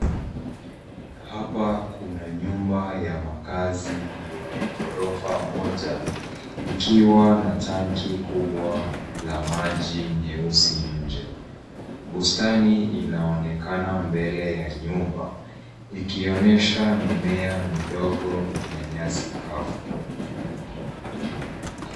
Hapa, kuna nyumba ya makazi yenye ghorofa moja, likiwa na tanki kubwa la maji nyeusi nje, bustani inaonekana mbele ya nyumba, ikionyesha mimea midogo, na nyasi kavu.